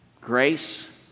Grace